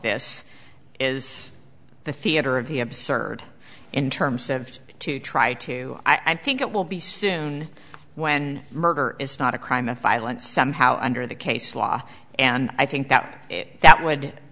this is the theater of the absurd in terms of to try to i think it will be soon when murder is not a crime of violence somehow under the case law and i think that that would